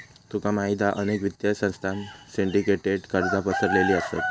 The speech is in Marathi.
तुका माहित हा अनेक वित्तीय संस्थांत सिंडीकेटेड कर्जा पसरलेली असत